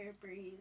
breathe